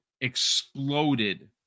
exploded